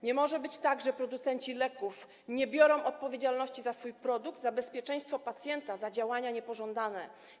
Nie może być tak, że producenci leków nie biorą odpowiedzialności za swój produkt, za bezpieczeństwo pacjenta, za działania niepożądane.